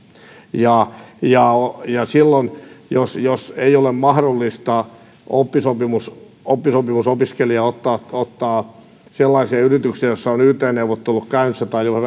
ja ja jos jos ei ole mahdollista oppisopimusopiskelijaa ottaa ottaa sellaiseen yritykseen jossa on yt neuvottelut käynnissä tai